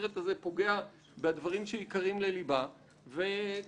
שהסרט הזה פוגע בדברים שיקרים ללבה וככה,